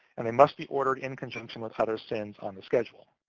and they must be ordered in conjunction with other sin's on the schedule.